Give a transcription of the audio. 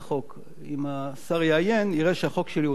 אם השר יעיין, יראה שהחוק שלי הונח מחדש,